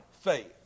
faith